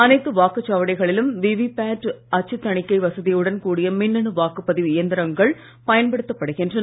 அனைத்து வாக்குச்சாவடிகளிலும் விவிபேட் அச்சுத் தணிக்கை வசதியுடன் கூடிய மின்னணு வாக்குப்பதிவு இயந்திரங்கள் பயன்படுத்தப்படுகின்றன